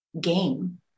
game